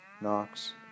Knox